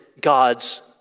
God's